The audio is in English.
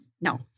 No